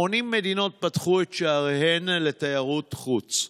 80 מדינות פתחו את שעריהן לתיירות חוץ.